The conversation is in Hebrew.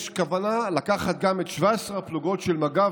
יש כוונה לקחת גם את 17 הפלוגות של מג"ב